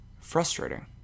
frustrating